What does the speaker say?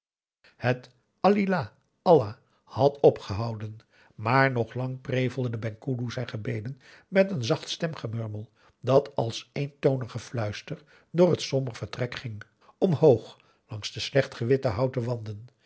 slendangs het alillah allah had opgehouden maar nog lang prevelde de penghoeloe zijn gebeden met een zacht stemgemurmel dat als eentonig gefluister door het somber vertrek ging omhoog langs de slecht gewitte houten wanden